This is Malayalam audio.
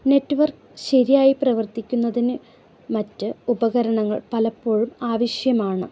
നെറ്റ്വർക്ക് ശരിയായി പ്രവർത്തിക്കുന്നതിന് മറ്റ് ഉപകരണങ്ങൾ പലപ്പോഴും ആവശ്യമാണ്